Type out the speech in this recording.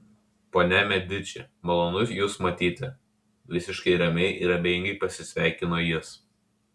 ponia mediči malonu jus matyti visiškai ramiai ir abejingai pasisveikino jis